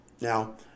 Now